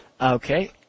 Okay